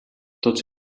tots